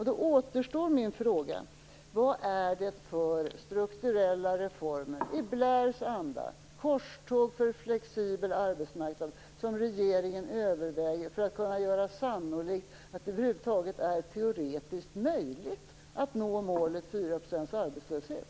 Då återstår min fråga: Vilka strukturella reformer i Blairs anda - jag tänker på korståg för flexibel arbetsmarknad - överväger regeringen för att över huvud taget göra det teoretiskt möjligt att nå målet 4 % arbetslöshet?